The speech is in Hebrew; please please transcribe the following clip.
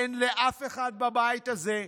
אין לאף אחד בבית הזה,